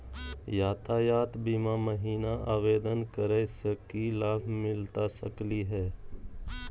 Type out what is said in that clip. यातायात बीमा महिना आवेदन करै स की लाभ मिलता सकली हे?